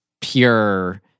pure